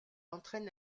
entraîne